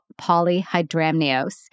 polyhydramnios